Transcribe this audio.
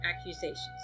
accusations